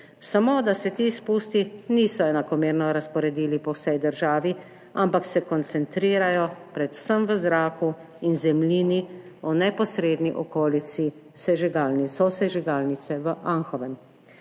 samo da se ti izpusti niso enakomerno razporedili po vsej državi, ampak se koncentrirajo predvsem v zraku in zemljini v neposredni okolici sosežigalnice v Anhovem.